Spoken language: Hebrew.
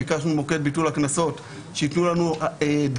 ביקשנו ממוקד ביטול הקנסות שייתנו לנו דגימה